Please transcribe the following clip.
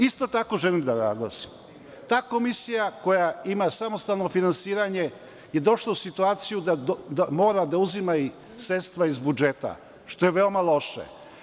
Isto tako, želim da naglasim, ta Komisija koja ima samostalno finansiranje je došla u situaciju da mora da uzima i sredstva iz budžeta, što je veoma loše.